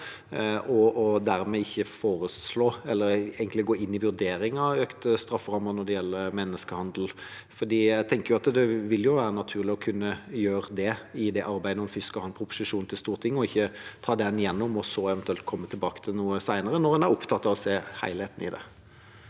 man dermed ikke vil gå inn i en vurdering av økte strafferammer når det gjelder menneskehandel? Jeg tenker at det vil være naturlig å kunne gjøre det i det arbeidet, når en først skal ha en proposisjon til Stortinget, og ikke få den gjennom, og så eventuelt komme tilbake til noe senere – når en er opptatt av å se helheten i det.